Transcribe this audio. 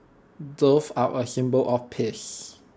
doves are A symbol of peace